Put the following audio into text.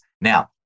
Now